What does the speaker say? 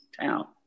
town